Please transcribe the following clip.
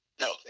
No